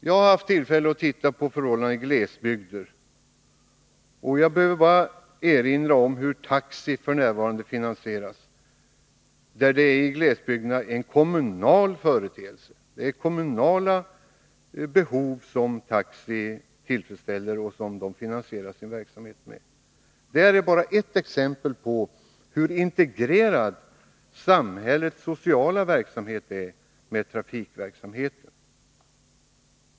Jag har haft tillfälle att studera förhållandena i glesbygderna. Jag behöver bara erinra om hur taxi f. n. finansieras. I glesbygderna är taxi en kommunal företeelse. Taxi tillfredsställer kommunala behov och finansierar därigenom sin verksamhet. Detta är bara ett exempel på hur integrerad samhällets sociala verksamhet är med trafikverksamheten.